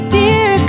dear